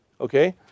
okay